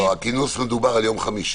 לא, הכינוס דובר על יום חמישי.